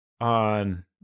on